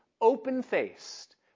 Open-faced